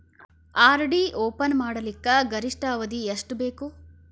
RD open ಮಾಡಲಿಕ್ಕ ಗರಿಷ್ಠ ಅವಧಿ ಎಷ್ಟ ಬೇಕು?